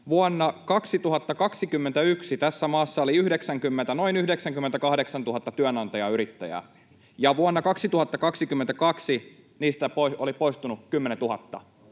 vuonna 2021 tässä maassa oli noin 98 000 työnantajayrittäjää ja vuonna 2022 niistä oli poistunut 10 000